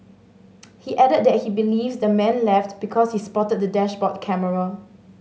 he added that he believes the man left because he spotted the dashboard camera